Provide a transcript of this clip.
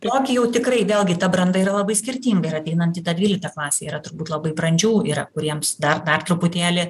tokį jau tikrai vėlgi ta branda yra labai skirtinga ir ateinant į tą dvyliktą klasę yra turbūt labai brandžių yra kuriems dar dar truputėlį